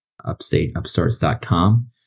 upstateupstarts.com